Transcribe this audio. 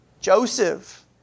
Joseph